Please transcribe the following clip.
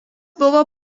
buvo